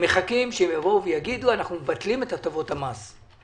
הם מחכים להגיד "אנחנו מבטלים את הקלות המס".